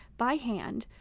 by hand,